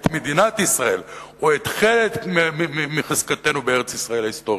את מדינת ישראל או את חלק מחזקתנו בארץ-ישראל ההיסטורית,